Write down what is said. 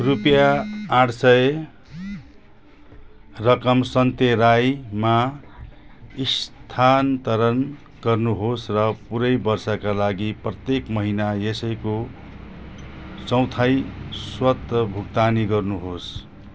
रुपियाँ आठ सय रकम सन्ते राईमा स्थानान्तरण गर्नुहोस् र पूरै वर्षका लागि प्रत्येक महिना यसैको चौथाइ स्वतः भुक्तानी गर्नुहोस्